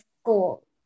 school